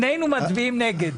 שנינו מצביעים נגד.